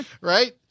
Right